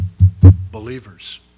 Believers